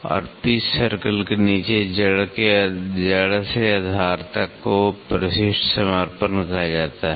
और pitch circle के नीचे जड़ से आधार तक को परिशिष्ट समर्पण कहा जाता है